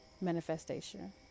manifestation